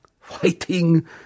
fighting